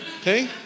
Okay